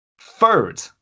Third